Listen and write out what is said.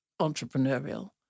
entrepreneurial